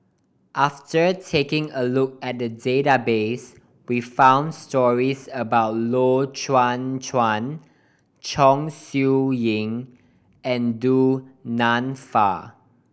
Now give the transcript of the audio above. after taking a look at the database we found stories about Loy Chye Chuan Chong Siew Ying and Du Nanfa